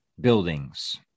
buildings